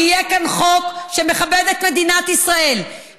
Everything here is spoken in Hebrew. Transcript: כי יהיה כאן חוק שמכבד את מדינת ישראל,